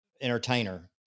entertainer